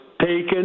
taken